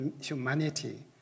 humanity